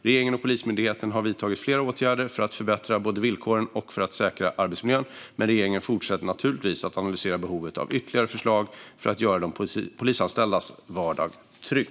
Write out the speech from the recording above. Regeringen och Polismyndigheten har vidtagit flera åtgärder för att förbättra villkoren och för att säkra arbetsmiljön, men regeringen fortsätter naturligtvis att analysera behovet av ytterligare förslag för att göra de polisanställdas vardag trygg.